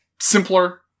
Simpler